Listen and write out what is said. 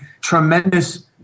tremendous